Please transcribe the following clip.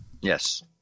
Yes